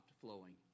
flowing